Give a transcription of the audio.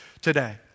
today